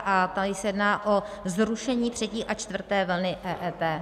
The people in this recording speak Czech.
A tady se jedná o zrušení třetí a čtvrté vlny EET.